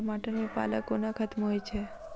टमाटर मे पाला कोना खत्म होइ छै?